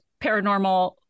paranormal